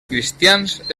cristians